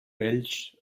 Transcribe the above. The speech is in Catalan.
vells